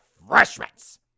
refreshments